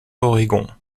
oregon